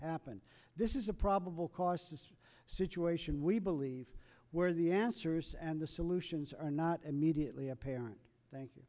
happened this is a probable cause situation we believe where the answers and the solutions are not immediately apparent thank you